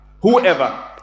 whoever